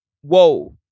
whoa